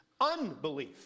unbelief